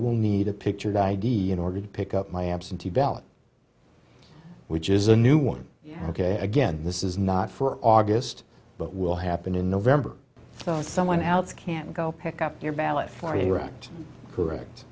will need a pictured id in order to pick up my absentee ballot which is a new one ok again this is not for august but will happen in november so someone else can go pick up your